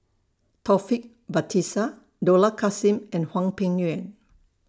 Taufik Batisah Dollah Kassim and Hwang Peng Yuan